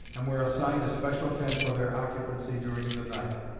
and were assigned a special tent for their occupancy during the night.